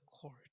court